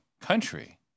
country